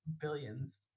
billions